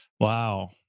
Wow